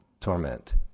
torment